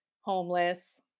homeless